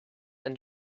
and